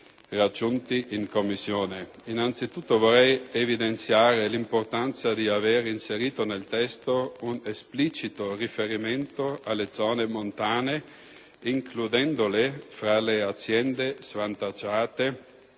dall'esame in Commissione. Innanzitutto, vorrei evidenziare l'importanza di aver inserito nel testo un esplicito riferimento alle zone montane, con ciò includendole fra le realtà svantaggiate